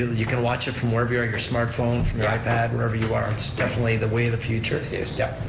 you can watch it from wherever you are, your smartphone, from your ipad, wherever you are. it's definitely the way of the future. it is, yep,